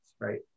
right